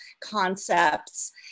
concepts